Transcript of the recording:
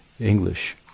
English